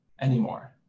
anymore